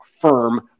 firm